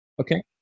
Okay